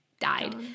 died